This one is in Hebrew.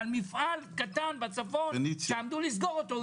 על מפעל קטן בצפון שעמדו לסגור אותו,